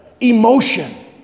emotion